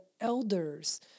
elders